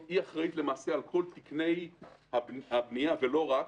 היא אחראית למעשה על כל תקני הבנייה, ולא רק,